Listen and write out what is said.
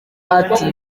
ati